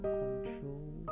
control